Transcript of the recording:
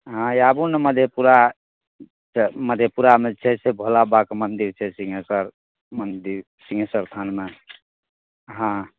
हँ आबु ने मधेपुरा मधेपुरामे छै से भोलाबाबाके मंदिर छै सिंघेश्वर मंदिर सिंघेश्वर स्थानमे हँ